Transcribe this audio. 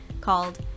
called